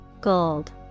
gold